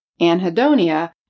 Anhedonia